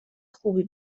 خوبی